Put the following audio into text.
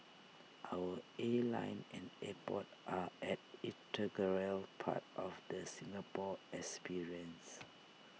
our airline and airport are an integral part of the Singapore experience